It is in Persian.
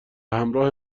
همراه